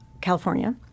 california